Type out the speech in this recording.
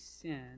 sin